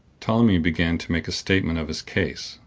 ptolemy began to make a statement of his case,